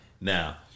Now